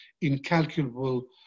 incalculable